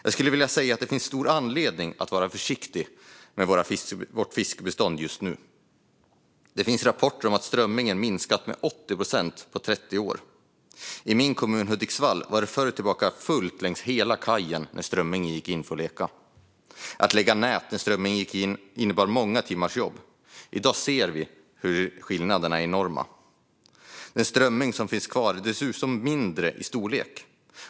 Jag skulle vilja säga att det finns stor anledning att vara försiktig med våra fiskbestånd just nu. Det finns rapporter om att strömmingen minskat med 80 procent på 30 år. I min kommun Hudiksvall var det förr fullt längs hela kajen när strömmingen gick in för att leka. Att lägga nät när strömmingen gick in innebar många timmars jobb. I dag ser vi att skillnaden i mängd är enorm. Den strömming som finns kvar är dessutom mindre i storlek.